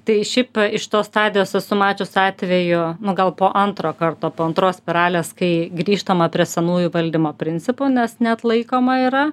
tai šiaip iš tos stadijos esu mačius atvejų nu gal po antro karto po antros spiralės kai grįžtama prie senųjų valdymo principų nes neatlaikoma yra